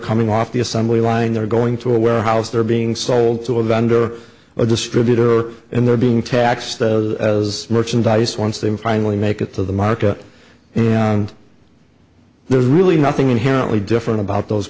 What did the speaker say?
coming off the assembly line they're going to a warehouse they're being sold to a vendor or distributor and they're being taxed as merchandise once they finally make it to the market and there's really nothing inherently different about those